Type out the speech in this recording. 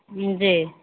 जी